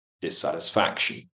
dissatisfaction